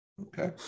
Okay